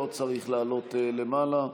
לא צריך לעלות למעלה.